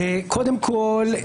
קודם כול,